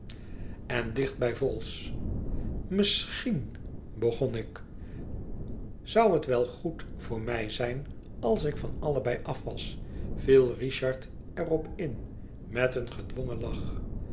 en dicht bij vholes misschien begon ik zou het wel goed voor mij zijn als ik van allebei af was viel richard er op in met een gedwongen lach